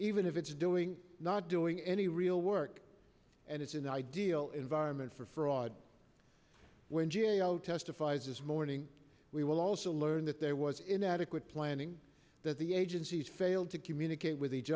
even if it's doing not doing any real work and it's in the ideal environment for fraud when g a o testifies this morning we will also learn that there was inadequate planning that the agencies failed to communicate with each